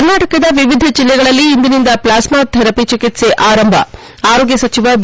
ಕರ್ನಾಟಕದ ವಿವಿಧ ಜಿಲ್ಲೆಗಳಲ್ಲಿ ಇಂದಿನಿಂದ ಪ್ಲಾಸ್ಮಾ ಥೆರಪಿ ಚಿಕಿತ್ಸೆ ಆರಂಭ ಆರೋಗ್ಯ ಸಚಿವ ಬಿ